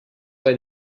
why